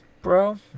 bro